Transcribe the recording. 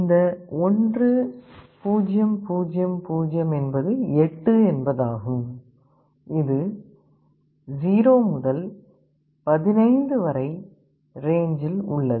இந்த 1 0 0 0 என்பது 8 என்பதாகும் இது 0 முதல் 15 ரேஞ்சில் உள்ளது